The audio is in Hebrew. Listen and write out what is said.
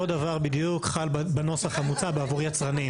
אותו דבר בדיוק חל בנוסח המוצע בעבור יצרנים,